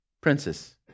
princess